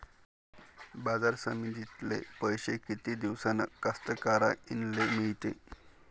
बाजार समितीतले पैशे किती दिवसानं कास्तकाराइले मिळते?